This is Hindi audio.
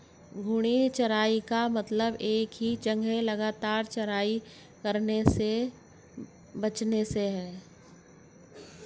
घूर्णी चराई का मतलब एक ही जगह लगातार चराई करने से बचने से है